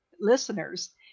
listeners